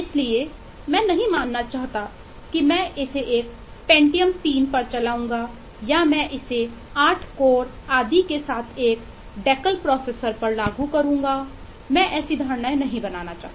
इसलिए मैं नहीं मानना चाहता कि मैं इसे एक पेंटियम 3 पर लागू करूंगा मैं ऐसी धारणाएं नहीं बनाना चाहता